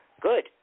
Good